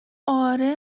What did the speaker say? آره